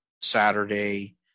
Saturday